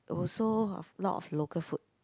also of a lot of local food